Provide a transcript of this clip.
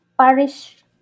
parish